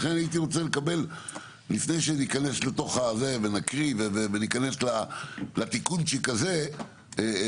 לכן לפני שניכנס ונקריא את הצעת החוק,